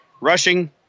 Rushing